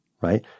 right